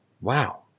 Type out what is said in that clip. wow